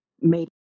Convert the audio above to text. made